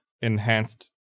enhanced